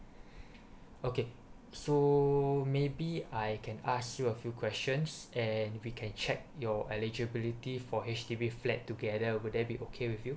okay so maybe I can ask you a few questions and we can check your eligibility for H_D_B flat together will that be okay with you